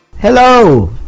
hello